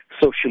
social